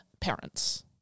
parents